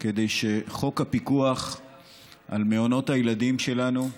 כדי שחוק הפיקוח על מעונות הילדים שלנו,